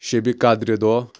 شیٚبہِ قدرٕ دۄہ